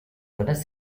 dones